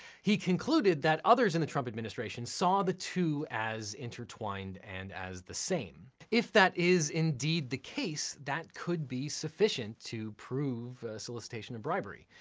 he concluded that others in the trump administration saw the two as intertwined and as the same. if that is indeed the case, that could be sufficient to prove solicitation of bribery,